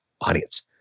audience